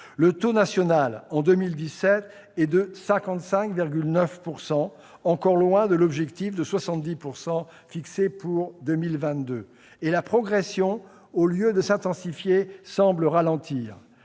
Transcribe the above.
son taux national atteignait 55,9 %, soit encore loin de l'objectif de 70 % fixé pour 2022, et sa progression, au lieu de s'intensifier, semble ralentir.